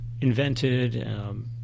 invented